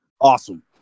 awesome